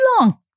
long